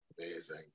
Amazing